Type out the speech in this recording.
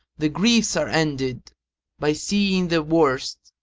the griefs are ended by seeing the worst,